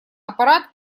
аппарат